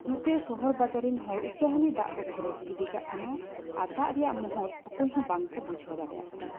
ᱱᱚᱛᱮ ᱥᱚᱦᱚᱨᱼᱵᱟᱡᱟᱨ ᱨᱮᱱ ᱦᱚᱲ ᱩᱛᱟᱹᱦᱟᱹᱞᱤ ᱫᱟᱜ ᱠᱚ ᱠᱷᱚᱨᱚᱪ ᱜᱤᱰᱤ ᱠᱟᱜ ᱠᱟᱱᱟ ᱟᱨ ᱫᱟᱜ ᱨᱮᱭᱟᱜ ᱢᱚᱦᱚᱛ ᱚᱠᱚᱭ ᱦᱚᱸ ᱵᱟᱝ ᱠᱚ ᱵᱩᱡᱷᱟᱹᱣ ᱫᱟᱲᱮᱭᱟᱜ ᱠᱟᱱᱟ